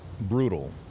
brutal